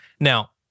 Now